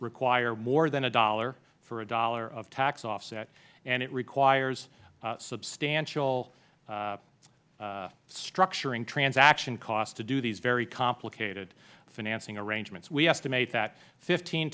require more than a dollar for a dollar of tax offset and it requires a substantial structuring transaction cost to do these very complicated financing arrangements we estimate a fifteen